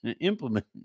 implement